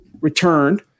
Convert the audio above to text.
returned